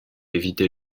éviter